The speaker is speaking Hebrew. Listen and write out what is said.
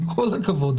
הכבוד,